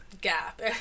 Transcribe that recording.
gap